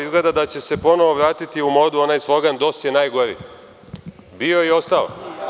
Izgleda da će se ponovo vratiti u modu onaj slogan - DOS je najgori, bio i ostao.